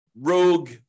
rogue